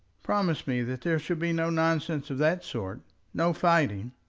promise me that there shall be no nonsense of that sort no fighting.